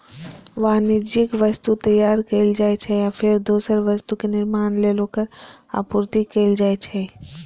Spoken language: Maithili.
वाणिज्यिक वस्तु तैयार कैल जाइ छै, आ फेर दोसर वस्तुक निर्माण लेल ओकर आपूर्ति कैल जाइ छै